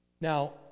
Now